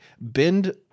bend